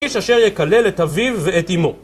איש אשר יקלל את אביו ואת אמו